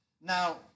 Now